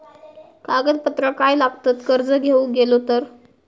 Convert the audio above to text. कागदपत्रा काय लागतत कर्ज घेऊक गेलो तर?